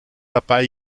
dabei